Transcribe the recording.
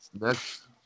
Next